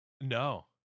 no